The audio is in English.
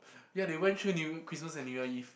ya they went through New Year Christmas and New Year Eve